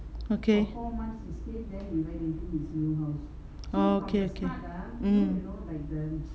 okay orh okay okay mm